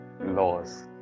laws